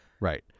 right